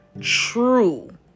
true